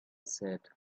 said